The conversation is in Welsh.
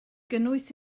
gynnwys